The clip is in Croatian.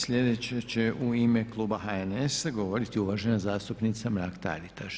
Sljedeća će u ime Kluba HNS-a govoriti uvažena zastupnica Mrak-Taritaš.